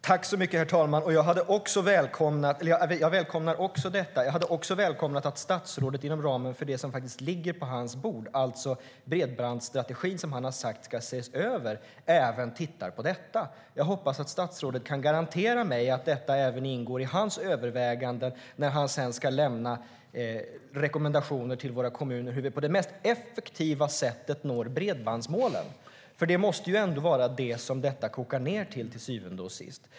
Herr talman! Jag välkomnar också det. Jag hade även välkomnat att statsrådet inom ramen för det som ligger på hans bord - alltså bredbandsstrategin, som han har sagt ska ses över - även tittar på detta. Jag hoppas att statsrådet kan garantera mig att även detta ingår i hans överväganden när han ska lämna rekommendationer till våra kommuner om hur vi på det mest effektiva sättet når bredbandsmålen. Det måste ju ändå vara det som det kokar ned till, till syvende och sist.